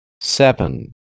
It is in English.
Seven